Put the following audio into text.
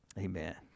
Amen